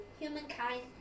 humankind